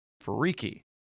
freaky